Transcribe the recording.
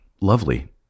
lovely